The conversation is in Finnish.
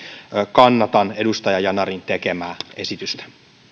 kannatan edustaja yanarin tekemää esitystä